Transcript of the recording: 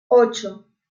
ocho